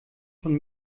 von